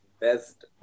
best